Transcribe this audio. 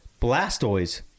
Blastoise